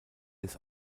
des